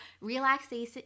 relaxation